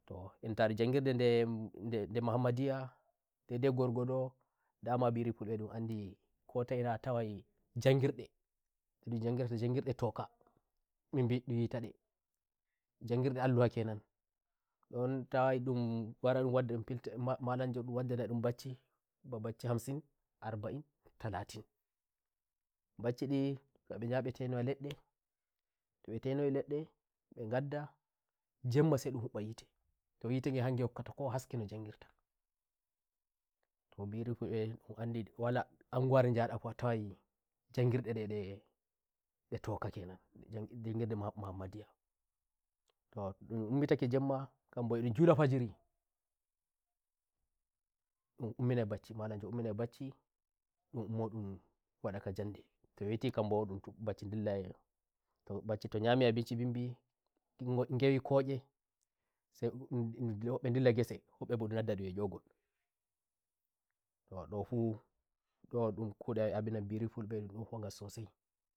toh entare njangirde ndemuhammadiyyadaidai gorgododama biri fulbe ndun andi kota inaa tawai njagirde tokandu witadenjangirde alluwahi kenanun tawai ndun malamjo ndun wadda nai ndun bacci ba bacci hamsin, arba'in, talatinbacci ndin njahai ndi tenoya leddetobe tenoyi leddembe ngadda njemma sai ndun hubba nyiteto nyite nge hange hokkata kowa no njangirtato biri fulbe on andi anguware njada fu a tawai njangirde "nde nde" toka kenannjangirde Muhammadiyyato to ndun ummitake njemmakadinbo edun njula fajirindun ummi nai bacci malamjo ummi nai bacci mo ndun wada ga njandeto weti kam bho bacci ndillaito bacci to nyami abinci mbimbindi njahi koshisai wobbe ndillai ngese wobbe bho ndun ndal dai ndun a yogolto ndo fundon ndun kude abinan biri fulbe ndun ndon huwa ngal sosai